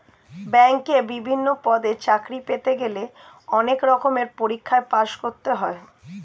ব্যাংকে বিভিন্ন পদে চাকরি পেতে গেলে অনেক রকমের পরীক্ষায় পাশ করতে হয়